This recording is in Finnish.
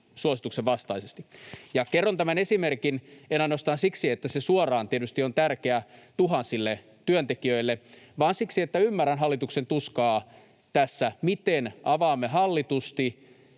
suosituksen vastaisesti. En kerro tätä esimerkkiä ainoastaan siksi, että se tietysti on suoraan tärkeä tuhansille työntekijöille, vaan siksi, että ymmärrän hallituksen tuskaa tässä, miten avaamme hallitusti